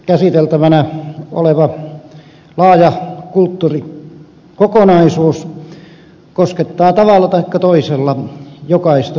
käsiteltävänä oleva laaja kulttuurikokonaisuus koskettaa tavalla taikka toisella jokaista suomalaista